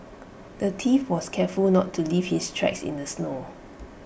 the thief was careful not leave his tracks in the snow